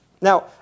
Now